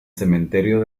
cementerio